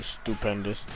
stupendous